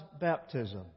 baptism